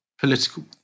political